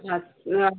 আচ্ছা